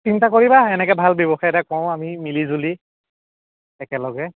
চিন্তা কৰিবা এনেকৈ ভাল ব্যৱসায় এটা কৰোঁ আমি মিলিজুলি একেলগে